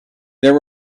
there